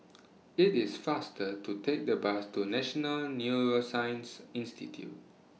IT IS faster to Take The Bus to National Neuroscience Institute